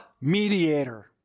mediator